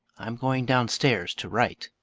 i'm going downstairs, to write.